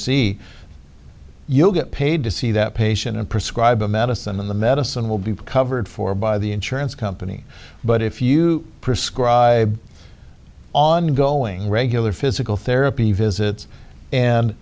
z you'll get paid to see that patient and prescribe a medicine and the medicine will be covered for by the insurance company but if you prescribe ongoing regular physical therapy visits and